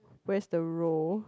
where's the row